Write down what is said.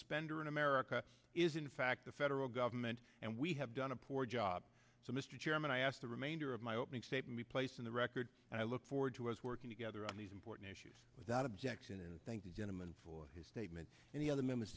spender in america is in fact the federal government and we have done a poor job so mr chairman i ask the remainder of my opening statement we place in the record and i look forward to us working together on these important issues without objection and thank the gentleman for his statement and the other members